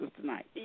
tonight